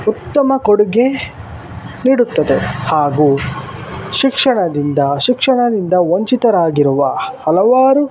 ಉತ್ತಮ ಕೊಡುಗೆ ನೀಡುತ್ತದೆ ಹಾಗೂ ಶಿಕ್ಷಣದಿಂದ ಶಿಕ್ಷಣದಿಂದ ವಂಚಿತರಾಗಿರುವ ಹಲವಾರು